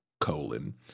colon